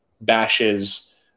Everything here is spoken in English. bashes